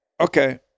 Okay